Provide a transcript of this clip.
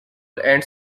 and